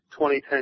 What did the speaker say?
2010